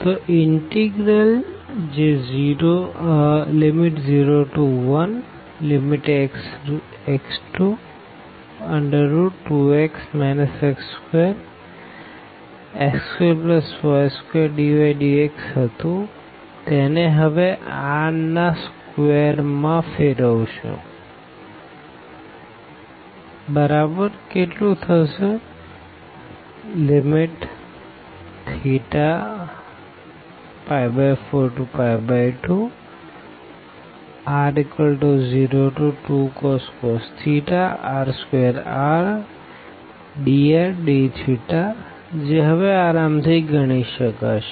તો ઇનટેગરલ જે 01x2x x2x2y2dydx હતું તેને હવે r ના વર્ગ માં ફેરવશુંθ42r02cos r2rdrdθજે હવે આરામ થી ગણી શકશે